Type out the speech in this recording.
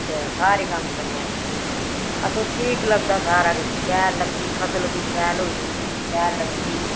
ते सारे कम्म करने असें असेंई ठीक लगदा असें सारा किश शैल लगदी फसल बी शैल होई जंदी शैल लगदी